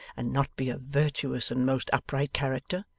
and not be a virtuous and most upright character?